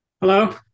hello